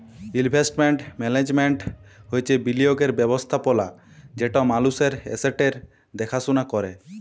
investment management হছে বিলিয়গের ব্যবস্থাপলা যেট মালুসের এসেট্সের দ্যাখাশুলা ক্যরে